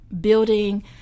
building